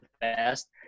best